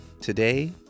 today